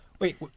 Wait